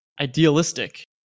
idealistic